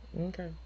Okay